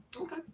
Okay